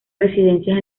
residencias